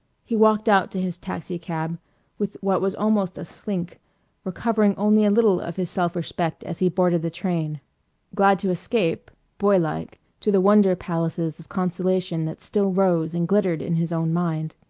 he walked out to his taxicab with what was almost a slink recovering only a little of his self-respect as he boarded the train glad to escape, boylike, to the wonder palaces of consolation that still rose and glittered in his own mind.